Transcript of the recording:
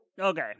Okay